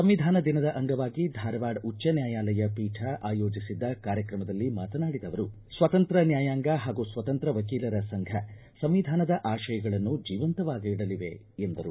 ಸಂವಿಧಾನ ದಿನದ ಅಂಗವಾಗಿ ಧಾರವಾಡ ಉಚ್ಚ ನ್ಯಾಯಾಲಯ ಪೀಠ ಆಯೋಜಿಸಿದ್ದ ಕಾರ್ಯಕ್ರಮದಲ್ಲಿ ಮಾತನಾಡಿದ ಅವರು ಸ್ವತಂತ್ರ ನ್ಯಾಯಾಂಗ ಹಾಗೂ ಸ್ವತಂತ್ರ ವಕೀಲರ ಸಂಘ ಸಂವಿಧಾನದ ಆಶಯಗಳನ್ನು ಜೀವಂತವಾಗಿಡಲಿವೆ ಎಂದರು